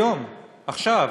היום, עכשיו,